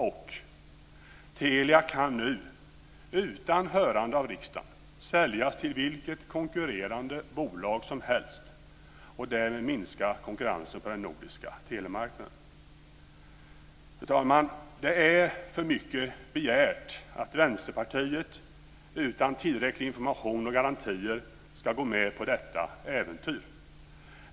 Och: Telia kan nu, utan hörande av riksdagen, säljas till vilket konkurrerande bolag som helst och därmed minska konkurrensen på den nordiska telemarknaden. Fru talman! Det är för mycket begärt att Vänsterpartiet, utan tillräcklig information och utan garantier, ska gå med på detta äventyr.